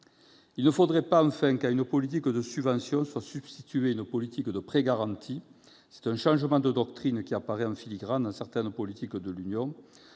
il ne faudrait pas que, à une politique de subventions, soit substituée une politique de prêts garantis. C'est un changement de doctrine qui apparaît en filigrane dans certaines politiques de l'Union